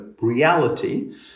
reality